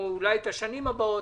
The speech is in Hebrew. או אולי את השנים הבאות?